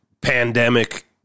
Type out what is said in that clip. pandemic